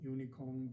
Unicorn